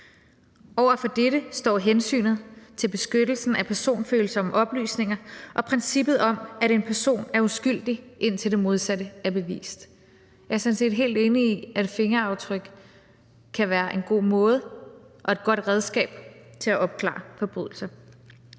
Over for dette står hensynet til beskyttelsen af personfølsomme oplysninger og princippet om, at en person er uskyldig, indtil det modsatte er bevist. Jeg er sådan set helt enig i, at fingeraftryk kan være et godt redskab og en god måde at opklare forbrydelser